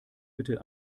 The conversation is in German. bitte